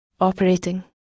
operating